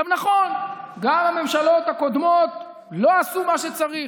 עכשיו, נכון, גם הממשלות הקודמות לא עשו מה שצריך,